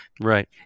Right